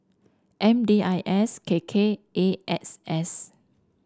M D I S K K and A X S